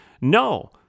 no